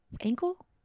ankle